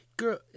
girl